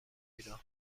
ایران